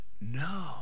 no